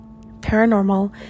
paranormal